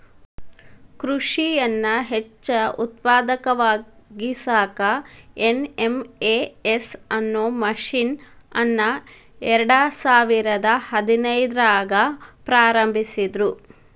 ಕೃಷಿಯನ್ನ ಹೆಚ್ಚ ಉತ್ಪಾದಕವಾಗಿಸಾಕ ಎನ್.ಎಂ.ಎಸ್.ಎ ಅನ್ನೋ ಮಿಷನ್ ಅನ್ನ ಎರ್ಡಸಾವಿರದ ಹದಿನೈದ್ರಾಗ ಪ್ರಾರಂಭಿಸಿದ್ರು